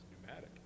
pneumatic